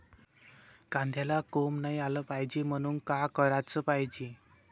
कांद्याला कोंब नाई आलं पायजे म्हनून का कराच पायजे?